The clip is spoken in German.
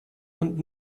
und